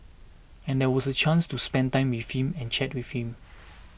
and that was a chance to spend time with him and chat with him